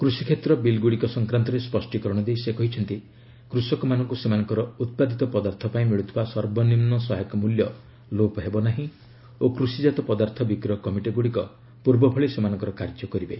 କୃଷିକ୍ଷେତ୍ର ବିଲ୍ଗୁଡ଼ିକ ସଂକ୍ରାନ୍ତରେ ସ୍କଷ୍ଟୀକରଣ ଦେଇ ସେ କହିଛନ୍ତି କୃଷକମାନଙ୍କୁ ସେମାନଙ୍କର ଉତ୍ପାଦିତ ପଦାର୍ଥ ପାଇଁ ମିଳୁଥିବା ସର୍ବନିମ୍ନ ସହାୟକ ମୂଲ୍ୟ ଲୋପ ହେବ ନାହିଁ ଓ କୃଷିଜାତ ପଦାର୍ଥ ବିକ୍ରୟ କମିଟି ଗୁଡ଼ିକ ପୂର୍ବଭଳି ସେମାନଙ୍କର କାର୍ଯ୍ୟ କରିବେ